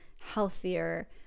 healthier